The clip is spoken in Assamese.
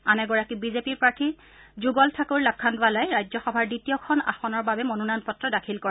আন এগৰাকী বিজেপি প্ৰাৰ্থী যুগল ঠাকুৰ লখাণ্ডৱালাই ৰাজ্যসভাৰ দ্বিতীয়খন আসনৰ বাবে মনোনয়ন পত্ৰ দাখিল কৰে